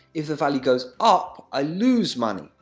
if the value goes up, i lose money,